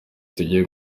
tugiye